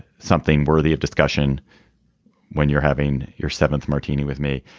something worthy of discussion when you're having your seventh martini with me.